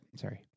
sorry